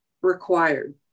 required